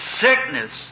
sickness